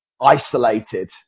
isolated